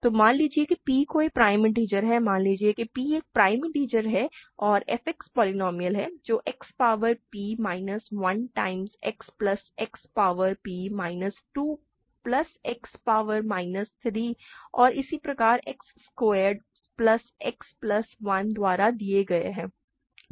तो मान लीजिए कि p कोई प्राइम इन्टिजर है मान लीजिए कि p एक प्राइम इन्टिजर है मान लीजिए कि f X पोलीनोमिअल है जो X power p minus 1 times X plus X power p minus 2 plus X power minus 3 और इसी प्रकार X square plus X plus 1 द्वारा दिया गया है